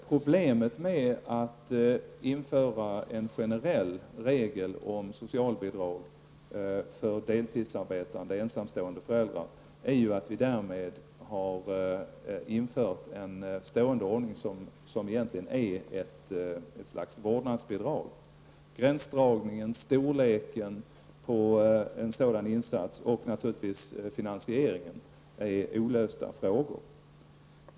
Problemet med att införa en generell regel om socialbidrag för deltidsarbetande ensamstående föräldrar är att vi därmed inför en stående ordning som egentligen är ett slags vårdnadsbidrag. Gränsdragningen, storleken och naturligtvis finansieringen när det gäller en sådan insats är olösta frågor.